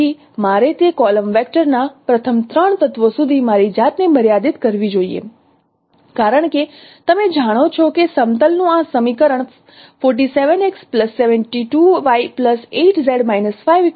તેથી મારે તે કોલમ વેક્ટર ના પ્રથમ ત્રણ તત્વો સુધી મારી જાતને મર્યાદિત કરવી જોઈએ કારણ કે તમે જાણો છો કે સમતલનું આ સમીકરણ પ્રમાણે રજૂ થાય છે